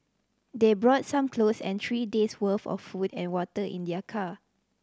they brought some clothes and three days worth of food and water in their car